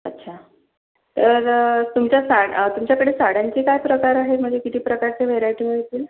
अच्छा तर तुमच्या साड् तुमच्याकडे साड्यांचे काय प्रकार आहेत म्हणजे किती प्रकारचे व्हेराइटी मिळतील